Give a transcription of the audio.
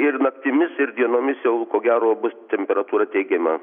ir naktimis ir dienomis jau ko gero bus temperatūra teigiama